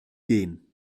gehen